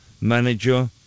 manager